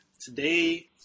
Today